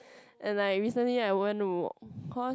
and like recently I went to cause